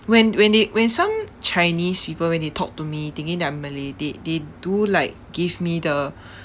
when when they when some chinese people when they talk to me thinking that I'm malay they they do like give me the